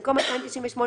במקום "298,